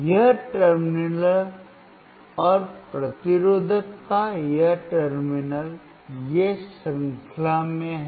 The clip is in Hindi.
यह टर्मिनल और प्रतिरोधक का यह टर्मिनल ये श्रृंखला में हैं